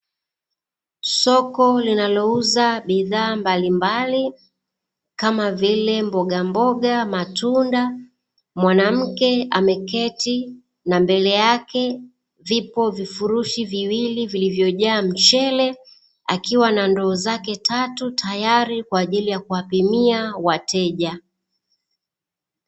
Soko linalouza bidhaa mbalimbali, kama vile; mbogamboga, matunda, mwanamke ameketi na mbele yake vipo vifurushi viwili vilivyojaa mchele, akiwa na ndoo zake tatu tayari kwa ajili ya kuwapimia wateja.